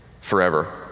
forever